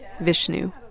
Vishnu